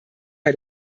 bei